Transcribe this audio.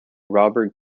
robert